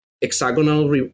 hexagonal